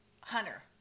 Hunter